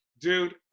Dude